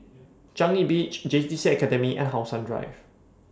Changi Beach JTC Academy and How Sun Drive